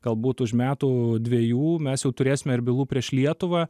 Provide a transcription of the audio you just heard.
galbūt už metų dviejų mes jau turėsime ir bylų prieš lietuvą